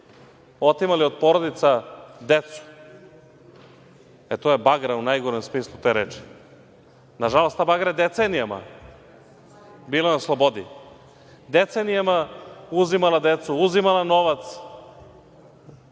otimali od porodica decu. To je bagra u najgorem smislu te reči. Nažalost, ta bagra je decenijama bila na slobodi, decenijama uzimala decu, uzimala novac